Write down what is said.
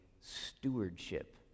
stewardship